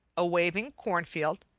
a waving corn-field.